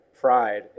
pride